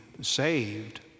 saved